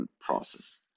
process